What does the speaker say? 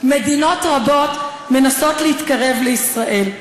מדינות רבות מנסות להתקרב לישראל,